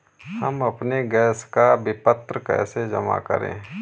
हम अपने गैस का विपत्र कैसे जमा करें?